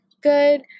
good